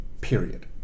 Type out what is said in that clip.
period